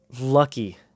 lucky